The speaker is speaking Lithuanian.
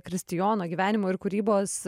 kristijono gyvenimo ir kūrybos